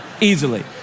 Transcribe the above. easily